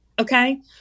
Okay